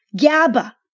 GABA